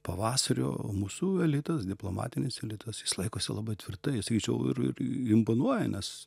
pavasario mūsų elitas diplomatinis elitas jis laikosi labai tvirtai sakyčiau ir ir imponuoja nes